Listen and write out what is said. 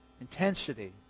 Intensity